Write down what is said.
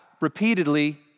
repeatedly